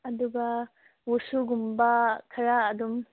ꯑꯗꯨꯒ ꯋꯨꯁꯨꯒꯨꯝꯕ ꯈꯔ ꯑꯗꯨꯝ